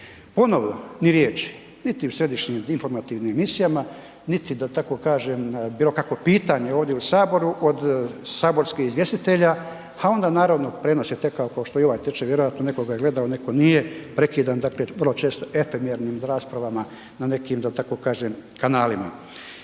ponovo ni riječi, niti u središnjim informativnim emisijama, niti da tako kažem bilo kakvo pitanje ovdje u saboru od saborskih izvjestitelja, ha onda naravno prijenos je tekao kao što i ovaj teče vjerojatno neko ga je gledao, neko nije, prekidan, dakle vrlo često etemjernim raspravama na nekim da tako kažem kanalima.